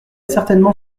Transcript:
certainement